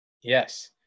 Yes